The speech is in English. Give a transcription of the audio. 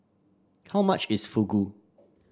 how much is Fugu